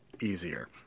easier